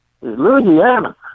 Louisiana